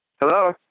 Hello